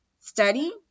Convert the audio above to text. study